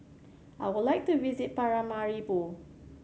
I would like to visit Paramaribo